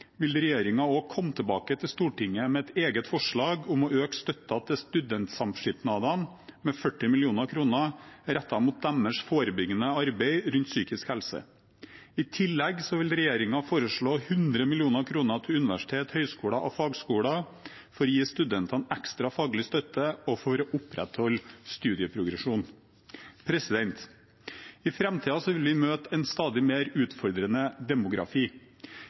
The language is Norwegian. vil regjeringen også komme tilbake til Stortinget med et eget forslag om å øke støtten til studentsamskipnadene med 40 mill. kr, rettet mot deres forebyggende arbeid rundt psykisk helse. I tillegg vil regjeringen foreslå 100 mill. kr til universiteter, høyskoler og fagskoler for å gi studentene ekstra faglig støtte og for å opprettholde studieprogresjon. I framtiden vil vi møte en stadig mer utfordrende demografi.